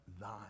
thine